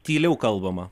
tyliau kalbama